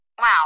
Wow